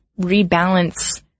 rebalance